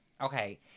Okay